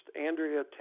Andrea